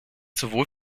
sowohl